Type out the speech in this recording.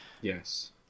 Yes